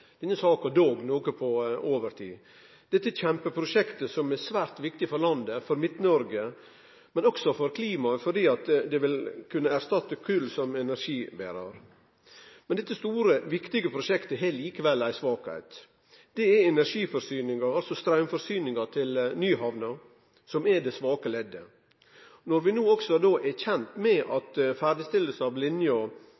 svært viktig for landet, for Midt-Noreg, og også for klimaet, fordi det vil kunne erstatte kol som energiberar. Men dette store, viktige prosjektet har likevel ei svakheit. Det er energiforsyninga – altså straumforsyninga – til Nyhamna som er det svake leddet. Når vi no også er kjende med